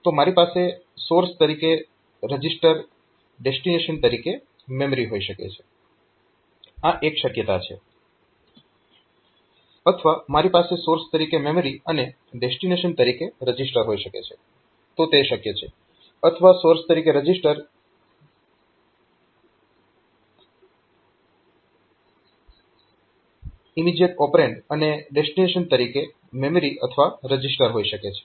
તો મારી પાસે સોર્સ તરીકે રજીસ્ટર ડેસ્ટીનેશન તરીકે મેમરી હોઈ શકે છે આ એક શક્યતા છે અથવા મારી પાસે સોર્સ તરીકે મેમરી અને ડેસ્ટીનેશન તરીકે રજીસ્ટર હોઈ શકે છે તો તે શક્ય છે અથવા સોર્સ તરીકે રજીસ્ટર અથવા ઇમીજીએટ ઓપરેન્ડ અને ડેસ્ટીનેશન તરીકે મેમરી અથવા રજીસ્ટર હોઈ શકે છે